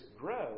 grow